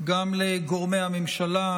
גם לגורמי הממשלה,